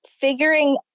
figuring